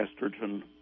estrogen